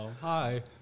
Hi